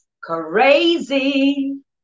crazy